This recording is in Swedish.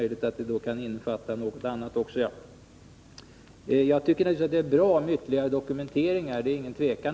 Jag tycker givetvis att det är bra med ytterligare dokumentation.